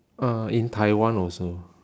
uh in taiwan also